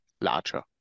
larger